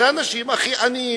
אלה האנשים הכי עניים.